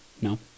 No